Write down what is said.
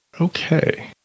Okay